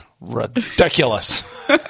ridiculous